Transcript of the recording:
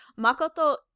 Makoto